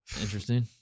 interesting